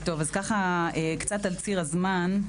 קצת על ציר הזמן.